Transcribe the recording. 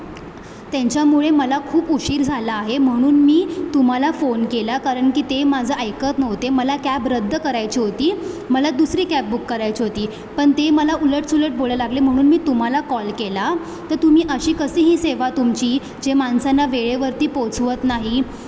त्यांच्यामुळे मला खूप उशीर झाला आहे म्हणून मी तुम्हाला फोन केला कारण की ते माझं ऐकत नव्हते मला कॅब रद्द करायची होती मला दुसरी कॅब बुक करायची होती पण ते मला उलटसुलट बोलायला लागले म्हणून मी तुम्हाला कॉल केला तर तुम्ही अशी कशी ही सेवा तुमची जे माणसांना वेळेवरती पोचवत नाही